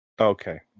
Okay